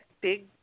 big